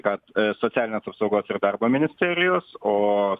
kad socialinės apsaugos ir darbo ministerijos o